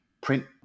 print